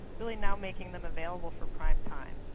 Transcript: really now making them available for primetime.